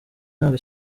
ntabwo